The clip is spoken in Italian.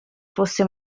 fosse